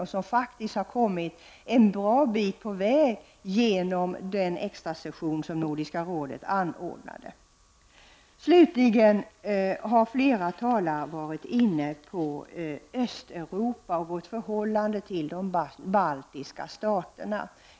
Vi har faktiskt kommit en bra bit på vägen inom detta område genom den extrasession som Nordiska rådet anordnade. Flera talare har tagit upp Östeuropa och vårt förhållande till de baltiska staterna.